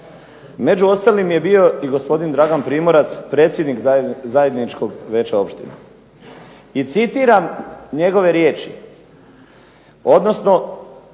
među ostalim je bio i gospodin Dragan Primorac, predsjednik zajedničkog vijeća općine i citiram njegove riječi, odnosno